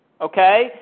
okay